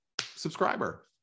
subscriber